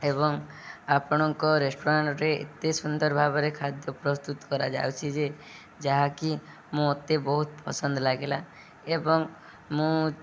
ଏବଂ ଆପଣଙ୍କ ରେଷ୍ଟୁରାଣ୍ଟରେ ଏତେ ସୁନ୍ଦର ଭାବରେ ଖାଦ୍ୟ ପ୍ରସ୍ତୁତ କରାଯାଉଛି ଯେ ଯାହାକି ମୁଁ ମୋତେ ବହୁତ ପସନ୍ଦ ଲାଗିଲା ଏବଂ ମୁଁ